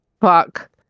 fuck